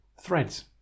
threads